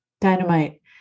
Dynamite